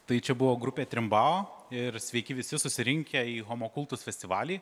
tai čia buvo grupė trimbao ir sveiki visi susirinkę į homokultus festivalį